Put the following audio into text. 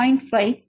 1